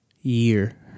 year